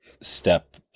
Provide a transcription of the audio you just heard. step